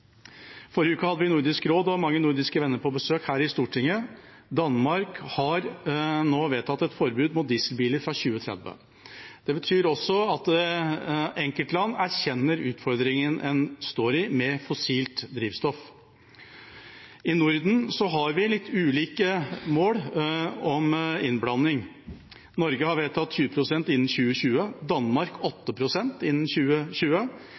forrige uke hadde vi Nordisk råd, og det var mange nordiske venner på besøk her i Stortinget. Danmark har nå vedtatt et forbud mot dieselbiler fra 2030. Det betyr også at enkeltland erkjenner utfordringen en har med fossilt drivstoff. I Norden har vi litt ulike mål om innblanding. Norge har vedtatt 20 pst. innen 2020, Danmark 8 pst. innen 2020,